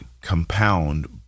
compound